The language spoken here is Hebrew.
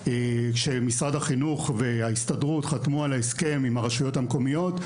כשמשרד החינוך וההסתדרות חתמו על ההסכם עם הרשויות המקומיות,